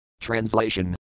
Translation